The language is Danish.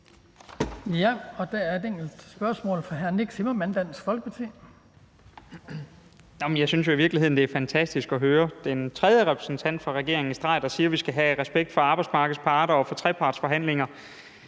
Der er et spørgsmål fra hr. Nick Zimmermann, Dansk Folkeparti. Kl. 20:12 Nick Zimmermann (DF): Jeg synes jo i virkeligheden, det er fantastisk at høre den tredje repræsentant for regeringen i streg sige, at vi skal have respekt for arbejdsmarkedets parter og for trepartsforhandlinger.